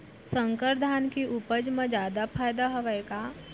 संकर धान के उपज मा जादा फायदा हवय का?